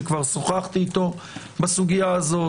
שכבר שוחחתי איתו בסוגיה הזאת,